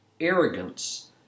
arrogance